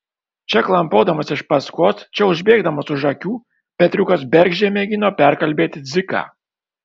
čia klampodamas iš paskos čia užbėgdamas už akių petriukas bergždžiai mėgino perkalbėti dziką